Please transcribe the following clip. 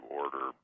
order